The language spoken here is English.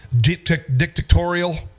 dictatorial